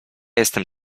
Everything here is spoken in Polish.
jestem